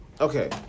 Okay